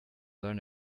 learn